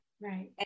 right